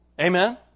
Amen